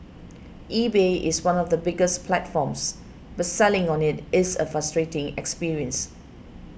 eBay is one of the biggest platforms but selling on it is a frustrating experience